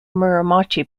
muromachi